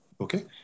okay